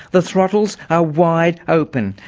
the throttles are wide open.